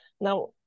Now